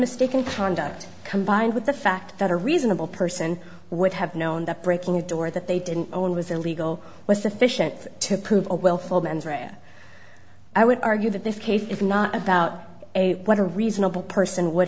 mistaken conduct combined with the fact that a reasonable person would have known that breaking a door that they didn't own was illegal was sufficient to prove a willful mens rea or i would argue that this case is not about a what a reasonable person would